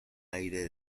aire